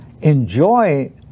enjoy